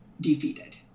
defeated